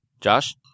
Josh